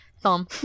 Thumb